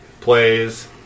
plays